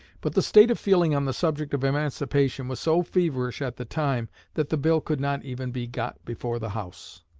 but the state of feeling on the subject of emancipation was so feverish at the time that the bill could not even be got before the house.